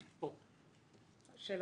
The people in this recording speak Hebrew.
בבקשה.